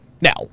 Now